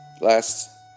Last